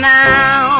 now